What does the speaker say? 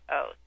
oath